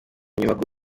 nyubako